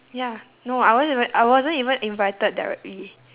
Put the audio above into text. ya no I wasn't even I wasn't even invited directly